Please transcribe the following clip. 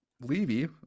levy